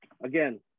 again